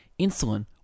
Insulin